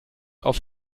auf